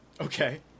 Okay